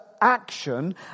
action